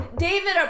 David